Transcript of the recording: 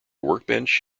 workbench